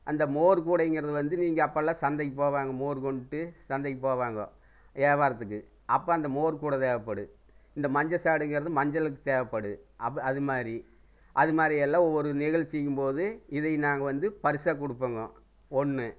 அந்த மோர் கூடைங்கிறது வந்து நீங்கள் அப்போல்லாம் சந்தைக்கு போவாங்க மோர் கொண்டுட்டு சந்தைக்கு போவாங்க வியாபாரத்துக்கு அப்போ அந்த மோர் கூட தேவைப்படும் இந்த மஞ்ச சாடுங்கிறது மஞ்சளுக்கு தேவைப்படுது அப்போ அதுமாதிரி அதுமாரியெல்லாம் ஒவ்வொரு நிகழ்ச்சிங்கும்போது இதை நாங்கள் வந்து பரிசாக கொடுப்பங்கோ ஒன்று